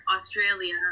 Australia